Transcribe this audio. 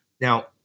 Now